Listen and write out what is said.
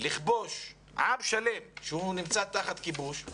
לכבוש עם שלם שהוא נמצא תחת כיבוש.